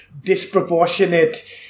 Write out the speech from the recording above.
disproportionate